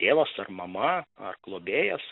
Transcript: tėvas ar mama ar globėjas